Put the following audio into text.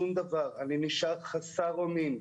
אני נשאר חסר אונים.